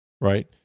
right